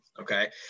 okay